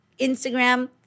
Instagram